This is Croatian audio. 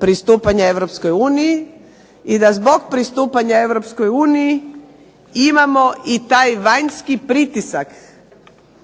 pristupanja Europskoj uniji i da zbog pristupanja Europskoj uniji imamo i taj vanjski pritisak,